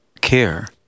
care